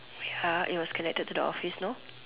wait ah it was connected to the office no